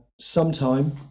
Sometime